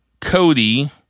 Cody